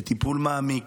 בטיפול מעמיק,